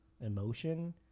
emotion